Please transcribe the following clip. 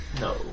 no